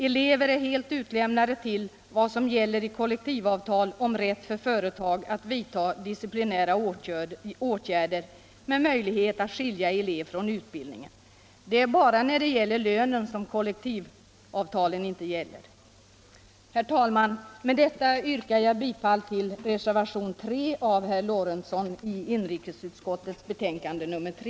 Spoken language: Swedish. Elever är helt utlämnade till vad som gäller i kollektivavtal om rätt för företag att vidta disciplinära åtgärder, med möjlighet att skilja elev från utbildningen. Det är bara när det gäller lönen som kollektivavtalen inte gäller. Herr talman! Med detta yrkar jag bifall till reservationen 3 av herr Lorentzon vid inrikesutskottets betänkande nr 3.